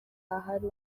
hari